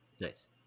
Nice